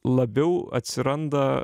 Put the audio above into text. labiau atsiranda